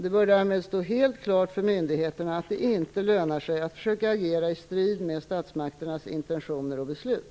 Det bör därmed stå helt klart för myndigheterna att det inte lönar sig att försöka agera i strid med statsmakternas intentioner och beslut.